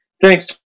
Thanks